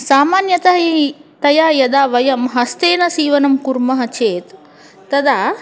सामान्यतः ई तया यदा वयं हस्तेन सीवनं कुर्मः चेत् तदा